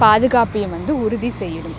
பாதுகாப்பையும் வந்து உறுதி செய்யணும்